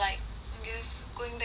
it's going back in time